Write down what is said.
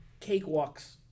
cakewalks